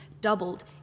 doubled